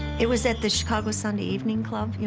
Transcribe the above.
it was at the chicago sunday evening club, you